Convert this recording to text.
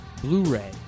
Blu-ray